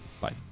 Bye